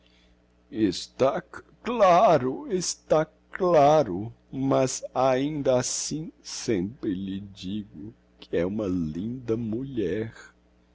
c claro está claro mas ainda assim sempre lhe digo que é uma linda mulher